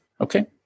Okay